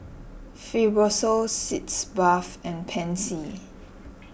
Fibrosol Sitz Bath and Pansy